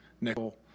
nickel